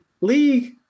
league